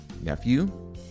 nephew